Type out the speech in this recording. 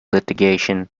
litigation